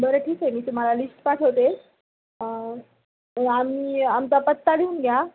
बरं ठीक आहे मी तुम्हाला लिस्ट पाठवते तर आम्ही आमचा पत्ता लिहून घ्या